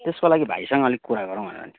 त्यसको लागि भाइसँग अलिक कुरा गरौँ भनेर नि